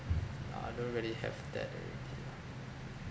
I don't really have that already